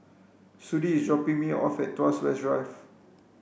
Sudie is dropping me off at Tuas West Drive